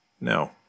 No